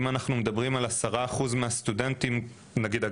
אם אנחנו מדברים על כ-10% מהסטודנטים לדוגמה,